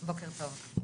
בוקר טוב.